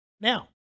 Now